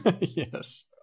Yes